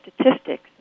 statistics